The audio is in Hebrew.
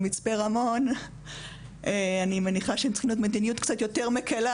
אני מניחה שבמצפה רמון הם צריכים לנקוט במדיניות קצת יותר מקלה,